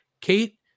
Kate